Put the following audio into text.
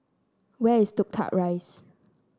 where is Toh Tuck Rise